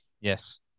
yes